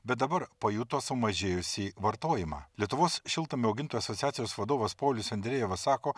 bet dabar pajuto sumažėjusį vartojimą lietuvos šiltnamių augintojų asociacijos vadovas paulius andrejevas sako